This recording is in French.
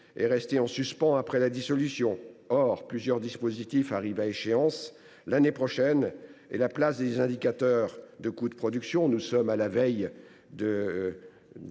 est restée en suspens après la dissolution. Or plusieurs dispositifs arrivent à échéance l’année prochaine et la place des indicateurs de coûts de production n’est toujours pas définie,